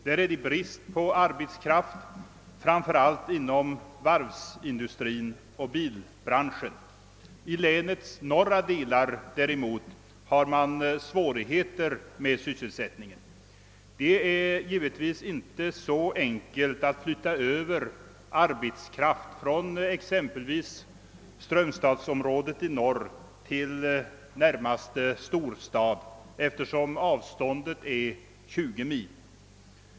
Där råder det brist på arbetskraft, framför allt inom varvsindustrin och i bilbranschen. I länets norra delar däremot har man svårigheter med sysselsättningen. Det är givetvis inte så enkelt att flytta över arbetskraft från exempelvis strömstadsområdet i norr till närmaste storstad, eftersom avståndet är 20 mil.